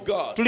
God